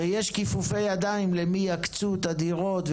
ויש כיפופי ידיים למי יקצו את הדירות,